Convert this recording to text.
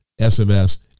sms